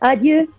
Adieu